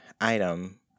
item